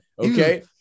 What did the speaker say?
Okay